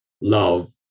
love